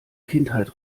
kindheit